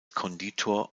konditor